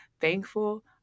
thankful